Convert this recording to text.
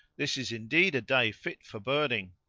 this is indeed a day fit for birding.